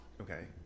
Okay